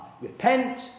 Repent